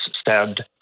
stabbed